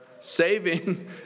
saving